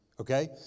okay